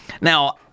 Now